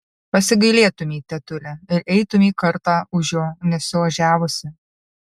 pasigailėtumei tetule ir eitumei kartą už jo nesiožiavusi